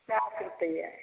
पचास रुपये